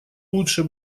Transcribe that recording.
лучше